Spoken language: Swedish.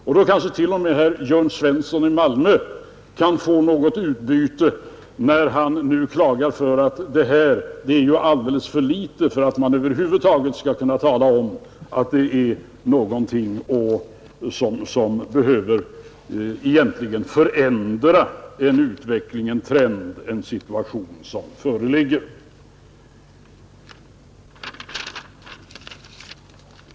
Och då kanske t.o.m., herr Jörn Svensson i Malmö kan få något större utbyte; han klagar ju på att detta är för litet för att man över huvud taget skall kunna tala om att det kommer att förändra utvecklingen, trenden, situationen.